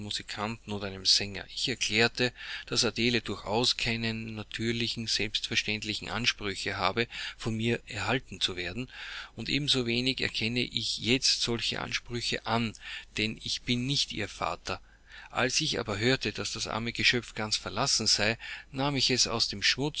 oder einem sänger ich erklärte daß adele durchaus keine natürlichen selbstverständlichen ansprüche habe von mir erhalten zu werden und ebensowenig erkenne ich jetzt solche ansprüche an denn ich bin nicht ihr vater als ich aber hörte daß das arme geschöpf ganz verlassen sei nahm ich es aus dem